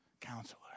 Counselor